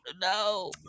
no